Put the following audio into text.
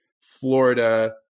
Florida